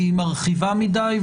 היא מרחיבה מדי.